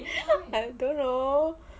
I don't know